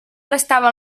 restava